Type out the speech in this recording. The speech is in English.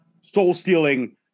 soul-stealing